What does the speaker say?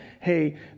Hey